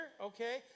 okay